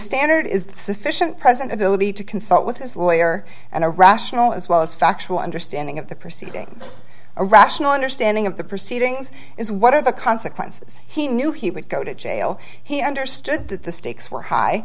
standard is sufficient present ability to consult with his lawyer and a rational as well as factual understanding of the proceedings a rational understanding of the proceedings is what are the consequences he knew he would go to jail he understood that the stakes were high